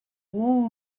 wall